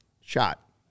shot